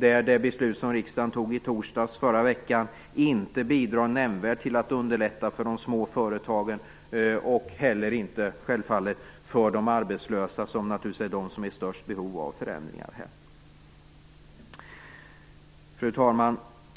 Riksdagens beslut i torsdags bidrar ju inte nämnvärt till att göra det lättare för de små företagen och självfallet inte heller för de arbetslösa, som naturligtvis är de som har största behovet av förändringar. Fru talman!